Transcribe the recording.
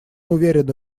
уверены